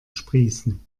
sprießen